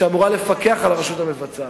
שאמורה לפקח על הרשות המבצעת.